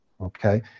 okay